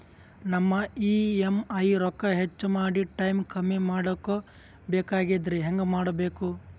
ನಮ್ಮ ಇ.ಎಂ.ಐ ರೊಕ್ಕ ಹೆಚ್ಚ ಮಾಡಿ ಟೈಮ್ ಕಮ್ಮಿ ಮಾಡಿಕೊ ಬೆಕಾಗ್ಯದ್ರಿ ಹೆಂಗ ಮಾಡಬೇಕು?